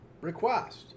request